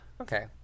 Okay